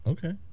Okay